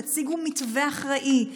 תציגו מתווה אחראי,